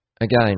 Again